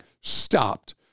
stopped